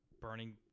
burning